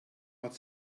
hat